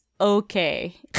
okay